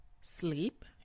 Sleep